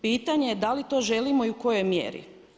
Pitanje je da li to želimo i u kojoj mjeri.